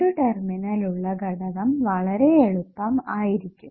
രണ്ടു ടെർമിനൽ ഉള്ള ഘടകം വളരെ എളുപ്പം ആയിരുന്നു